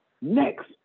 next